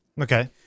Okay